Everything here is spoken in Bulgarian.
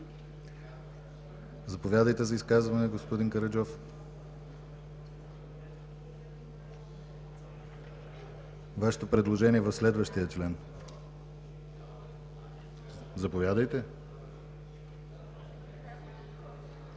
Заповядайте за изказване, господин Караджов. Вашето предложение е по следващия член. (Реплики от